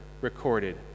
recorded